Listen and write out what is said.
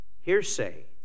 hearsay